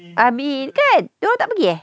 amin kan dia orang tak pergi eh